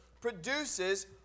produces